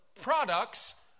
products